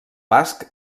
basc